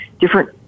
Different